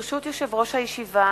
ברשות יושב-ראש הישיבה,